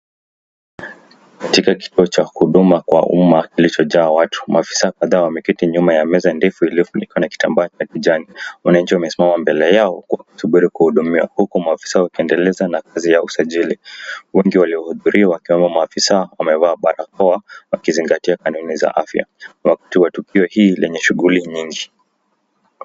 Katika kituo cha huduma kwa umma kilichojaa watu, maafisa kadhaa wameketi nyuma ya meza ndefu iliyofunikwa na kitambaa ya kijani, wananchi wamesimama mbele yao kusubiri kuhudumiwa, huku maafisa wakiendeleza na kazi yao ya usajili, wale wengi waliohudhuriwa wakiwemo maafisa wamevaa barakoa, wakizingatia kanuni za afya, wakti wa tukio hili lenye shughuli nyingi.